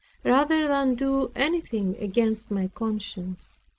rather than do anything against my conscience.